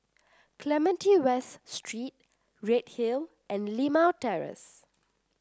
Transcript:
Clementi West Street Redhill and Limau Terrace